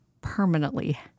permanently